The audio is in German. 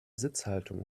sitzhaltung